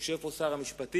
יושב פה שר המשפטים.